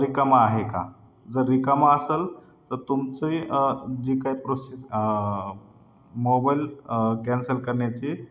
रिकामा आहे का जर रिकामा असेल तर तुमची जी काही प्रोसेस मोबाईल कॅन्सल करण्याची